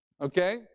Okay